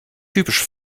typisch